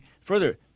further